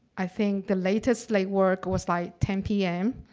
i think the latest they worked was like ten pm